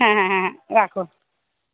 হ্যাঁ হ্যাঁ হ্যাঁ হ্যাঁ রাখো